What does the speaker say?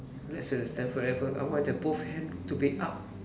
that's a Stamford Raffles I want that both hand to be up